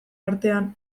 artean